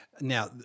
Now